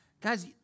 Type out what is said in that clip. guys